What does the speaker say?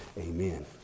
Amen